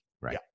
Right